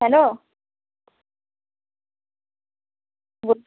hello